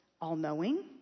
all-knowing